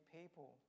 people